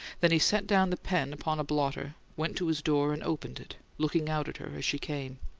then he set down the pen upon a blotter, went to his door, and opened it, looking out at her as she came.